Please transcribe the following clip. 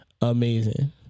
amazing